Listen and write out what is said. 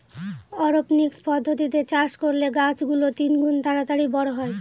অরপনিক্স পদ্ধতিতে চাষ করলে গাছ গুলো তিনগুন তাড়াতাড়ি বড়ো হয়